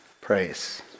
Praise